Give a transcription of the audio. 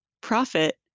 profit